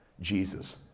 Jesus